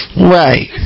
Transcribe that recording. right